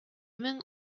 мең